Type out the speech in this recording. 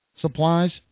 supplies